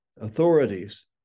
authorities